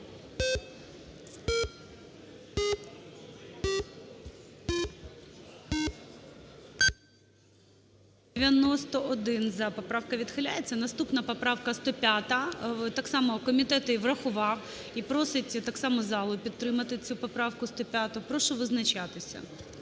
За-91 Поправка відхиляється. Наступна поправка 105. Так само комітет її врахував і просить так само залу підтримати цю поправку 105. Прошу визначатися.